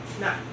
No